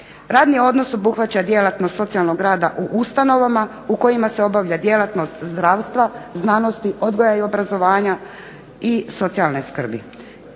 Radni odnos obuhvaća djelatnost socijalnog rada u ustanovama u kojima se obavlja djelatnost zdravstva, znanosti, odgoja i obrazovanja i socijalne skrbi.